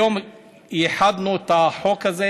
היום ייחדנו את החוק הזה,